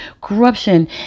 corruption